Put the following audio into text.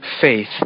faith